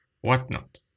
whatnot